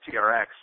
TRX